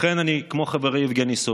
לכן, כמו חברי יבגני סובה,